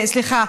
סליחה,